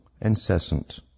Incessant